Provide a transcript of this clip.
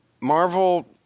Marvel